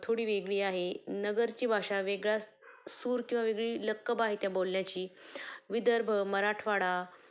थोडी वेगळी आहे नगरची भाषा वेगळा सूर किंवा वेगळी लकब आहे त्या बोलण्याची विदर्भ मराठवाडा